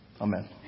Amen